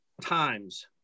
times